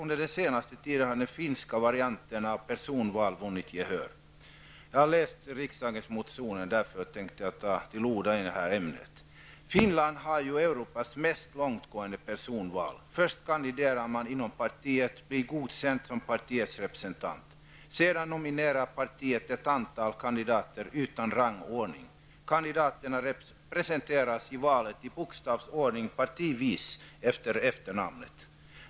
På den senaste tiden har den finska varianten av personval vunnit gehör. Jag har läst motionerna till årets riksdag och tänkte ta till orda i det ämnet. Finland har Europas mest långtgående personval. Först kandiderar man inom partiet för att bli godkänd som partiets representant. Sedan nominerar partiet ett antal kandidater, utan rangordning. Kandidaterna presenteras vid valet partivis i bokstavsordning efter efternamnet.